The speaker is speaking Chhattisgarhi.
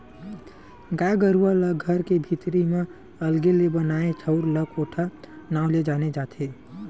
गाय गरुवा ला घर के भीतरी म अलगे ले बनाए ठउर ला कोठा नांव ले जाने जाथे